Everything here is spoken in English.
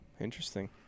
interesting